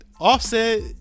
Offset –